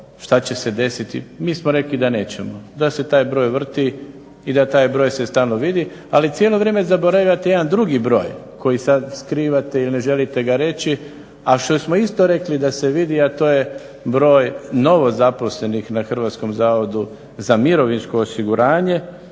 šta će se desiti. Mi smo rekli da nećemo, da se taj broj vrti i da taj broj se stalno vidi. Ali cijelo vrijeme zaboravljate jedan drugi broj koji sad skrivate ili ne želite ga reći,a što smo isto rekli da se vidi, a to je broj novozaposlenih na Hrvatskom zavodu za mirovinsko osiguranje.